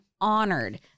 honored